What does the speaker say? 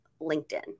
LinkedIn